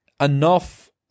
enough